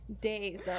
days